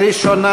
ראשונה